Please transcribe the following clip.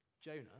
Jonah